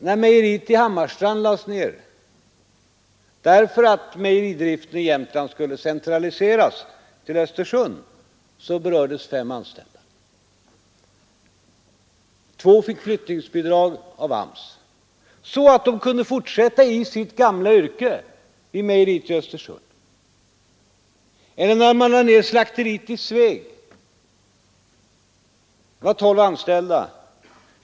När mejeriet i Hammarstrand lades ner därför att mejeridriften i Jämtland skulle centraliseras till Östersund, berördes fem anställda. Två fick flyttningsbidrag av AMS så att de kunde fortsätta i sitt gamla yrke vid mejeriet i Östersund. När slakteriet i Sveg lades ner fanns det tolv anställda.